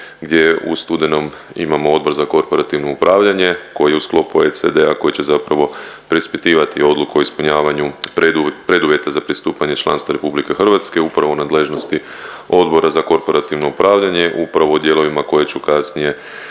gdje u studenom imamo Odbor za korporativno upravljanje koji je u sklopu OECD-a koji će zapravo preispitivati odluku o ispunjavanju preduvjeta za pristupanje članstva RH upravo u nadležnosti Odbora za korporativno upravljanje upravo u dijelovima koje ću kasnije